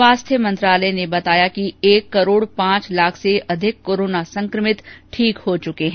स्वास्थ्य मंत्रालय ने बताया कि एक करोड पांच लाख से भी अधिक कोरोना संक्रमित ठीक हो चुके हैं